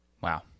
Wow